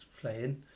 playing